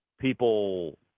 People